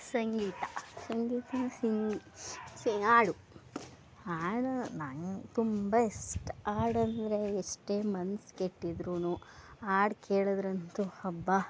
ಸಂಗೀತ ಸಂಗೀತ ಸಿಂಗ್ ಸೇ ಹಾಡು ಹಾಡು ನಂಗೆ ತುಂಬ ಇಷ್ಟ ಹಾಡಂದ್ರೆ ಎಷ್ಟೇ ಮನ್ಸು ಕೆಟ್ಟಿದ್ರೂ ಹಾಡ್ ಕೇಳಿದ್ರಂತೂ ಅಬ್ಬಾ